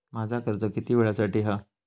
माझा कर्ज किती वेळासाठी हा?